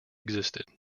existed